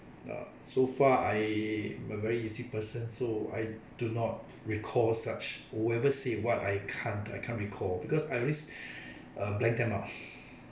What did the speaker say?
uh so far I am a very easy person so I do not recall such whoever say what I can't I can't recall because I always uh blank them out